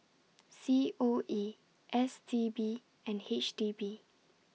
C O E S T B and H D B